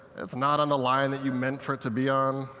it's not on the line that you meant for it to be on.